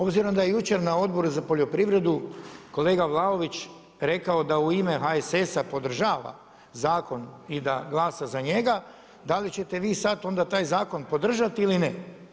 Obzirom da je jučer na Odboru za poljoprivredu kolega Vlaović rekao da u ime HSS-a podržava zakon i da glasa za njega, da li ćete vi sad onda taj zakon podržati ili ne?